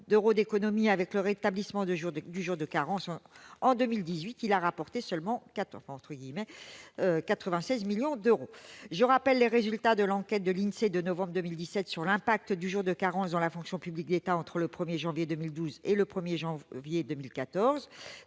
d'euros d'économies avec le rétablissement du jour de carence, en 2018, cette mesure a rapporté « seulement » 96 millions d'euros. Je rappelle les résultats de l'enquête de l'Insee de novembre 2017 sur l'impact du jour de carence dans la fonction publique d'État entre le 1 janvier 2012 et le 1 janvier 2014